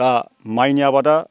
दा माइनि आबादा